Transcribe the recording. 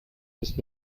ist